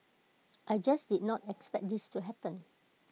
I just did not expect this to happen